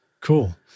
Cool